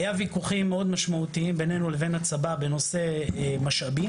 היה ויכוחים מאוד משמעותיים בינינו לבין הצבא בנושא משאבי,